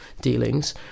dealings